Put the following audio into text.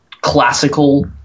classical